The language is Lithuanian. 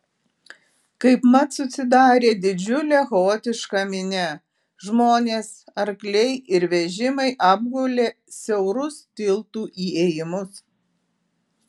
kaipmat susidarė didžiulė chaotiška minia žmonės arkliai ir vežimai apgulė siaurus tiltų įėjimus